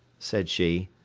said she,